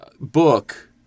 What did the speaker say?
book